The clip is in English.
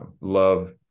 love